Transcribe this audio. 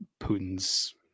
putin's